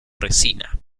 resina